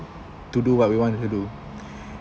to do what we want to do